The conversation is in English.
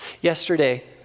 Yesterday